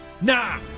Nah